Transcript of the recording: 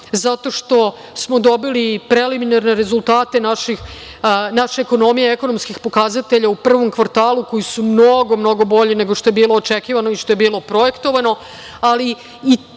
zato što smo dobili i preliminarne rezultate naše ekonomije, ekonomskih pokazatelja u prvom kvartalu koji su mnogo, mnogo bolji nego što je bilo očekivano, nego što je bilo projektovano.